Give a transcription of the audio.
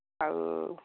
ଆଉ